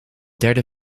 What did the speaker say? derde